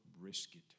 brisket